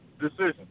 decision